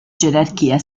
gerarchia